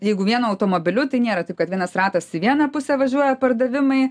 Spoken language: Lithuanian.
jeigu vienu automobiliu tai nėra taip kad vienas ratas į vieną pusę važiuoja pardavimai